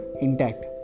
intact